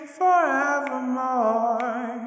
forevermore